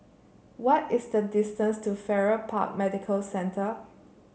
why is the distance to Farrer Park Medical Centre